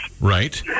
Right